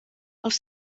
els